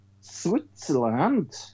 Switzerland